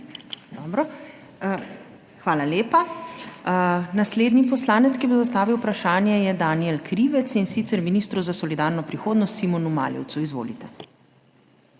Dobro. Hvala lepa. Naslednji poslanec, ki bo zastavil vprašanje, je Danijel Krivec, in sicer ministru za solidarno prihodnost Simonu Maljevcu. Izvolite.